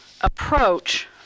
approach